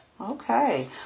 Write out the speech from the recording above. Okay